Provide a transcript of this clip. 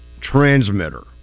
transmitter